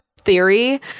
theory